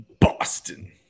Boston